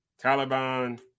Taliban